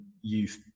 youth